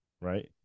right